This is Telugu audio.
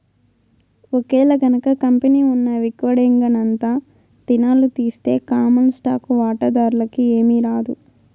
ఒకేలగనక కంపెనీ ఉన్న విక్వడేంగనంతా దినాలు తీస్తె కామన్ స్టాకు వాటాదార్లకి ఏమీరాదు